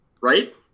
Right